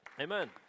Amen